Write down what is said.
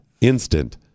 instant